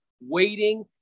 waiting